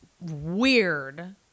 weird